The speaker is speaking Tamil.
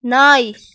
நாய்